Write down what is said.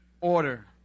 Order